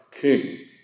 King